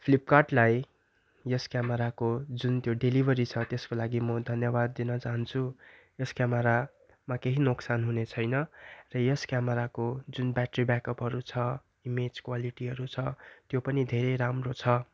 फ्लिपकार्टलाई यस क्यामराको जुन त्यो डेलिभरी छ त्यसको लागि म धन्यवाद दिन चाहन्छु यस क्यामरामा केही नोक्सान हुने छैन र यस क्यामराको जुन ब्याट्री ब्याकअपहरू छ इमेज क्वालिटीहरू छ त्यो पनि धेरै राम्रो छ